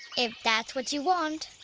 if that's what you want.